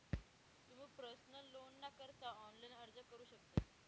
तुमू पर्सनल लोनना करता ऑनलाइन अर्ज करू शकतस